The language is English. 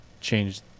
change